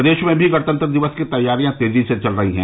प्रदेश में भी गणतंत्र दिवस की तैयारियां तेजी से चल रही है